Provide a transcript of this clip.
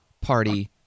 Party